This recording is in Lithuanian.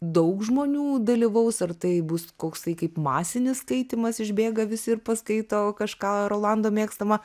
daug žmonių dalyvaus ar tai bus koksai kaip masinis skaitymas išbėga visi ir paskaito kažką rolando mėgstamą